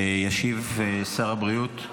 יציג שר הבריאות,